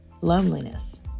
loneliness